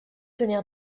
tenir